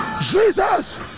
Jesus